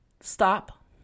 stop